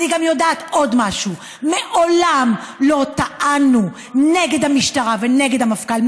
אני גם יודעת עוד משהו: מעולם לא טענו נגד המשטרה ונגד המפכ"ל,